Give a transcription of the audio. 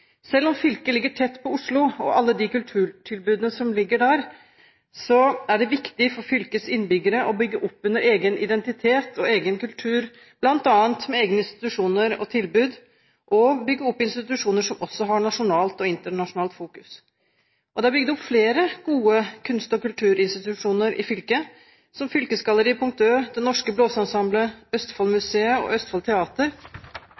Selv om fylket ligger tett på Oslo og alle de kulturtilbudene som er der, er det viktig for fylkets innbyggere å bygge opp under egen identitet og egen kultur, bl.a. med egne institusjoner og tilbud, og å bygge opp institusjoner som også har nasjonalt og internasjonalt fokus. Det er bygd opp flere gode kunst- og kulturinstitusjoner i fylket, som fylkesgalleriet Punkt Ø, Det Norske Blåseensemble, Østfoldmuseet og Østfold Teater,